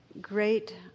great